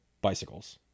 bicycles